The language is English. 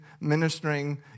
ministering